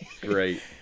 Great